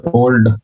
old